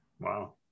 Wow